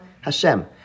Hashem